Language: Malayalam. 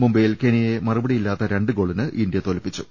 മുംബൈയിൽ കെനിയയെ മറുപടിയില്ലാത്ത രണ്ട് ഗോളിന് ഇന്ത്യ തോൽപ്പിച്ചു